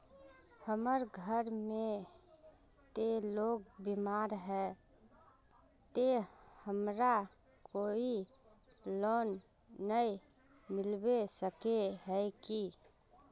हमर घर में ते लोग बीमार है ते हमरा कोई लोन नय मिलबे सके है की?